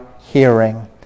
hearing